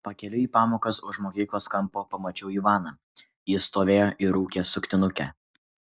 pakeliui į pamokas už mokyklos kampo pamačiau ivaną jis stovėjo ir rūkė suktinukę